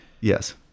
Yes